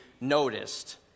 noticed